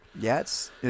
Yes